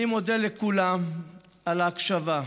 אני מודה לכולם על ההקשבה,